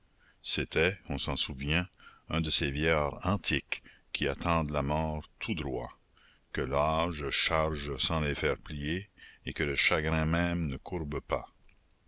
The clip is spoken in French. c'était on s'en souvient un de ces vieillards antiques qui attendent la mort tout droits que l'âge charge sans les faire plier et que le chagrin même ne courbe pas